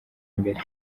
imbere